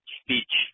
speech